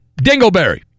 Dingleberry